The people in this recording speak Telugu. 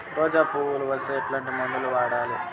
రోజా పువ్వులు వస్తే ఎట్లాంటి మందులు వాడాలి?